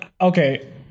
okay